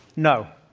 no.